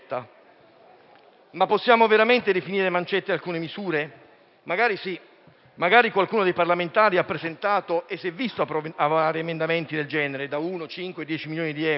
Possiamo veramente definire mancette alcune misure? Magari sì, magari qualcuno dei parlamentari ha presentato e si è visto approvare emendamenti del genere da uno, cinque o dieci milioni di euro.